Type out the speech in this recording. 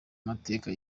mateka